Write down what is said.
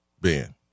Ben